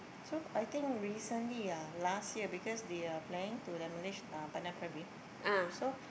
so I think recently ah last year because they are planning to demolish uh Pandan-Primary so